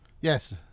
Yes